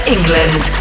England